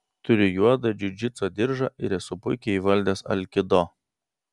turiu juodą džiudžitso diržą ir esu puikiai įvaldęs alkido